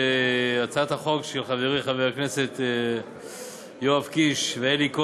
שהצעת החוק של חברי חברי הכנסת יואב קיש ואלי כהן,